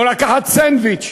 או לקחת סנדוויץ'.